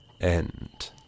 End